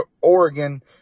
Oregon